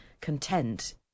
content